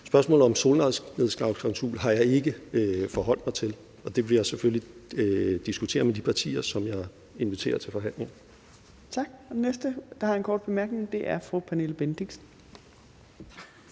Spørgsmålet om en solnedgangsklausul har jeg ikke forholdt mig til, og det vil jeg selvfølgelig diskutere med de partier, som jeg inviterer til forhandlinger. Kl. 15:23 Fjerde næstformand (Trine Torp): Tak. Den næste, der har en kort bemærkning, er fru Pernille Bendixen.